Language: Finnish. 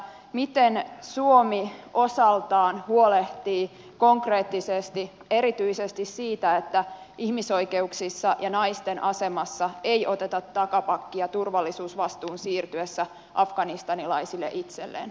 miten suomi osaltaan huolehtii konkreettisesti erityisesti siitä että ihmisoikeuksissa ja naisten asemassa ei oteta takapakkia turvallisuusvastuun siirtyessä afganistanilaisille itselleen